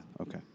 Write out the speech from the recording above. okay